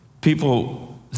people